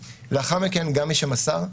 לאחר מכן גם מי שמסר,